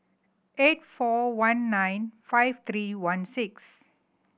eight four one nine five three one six